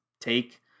take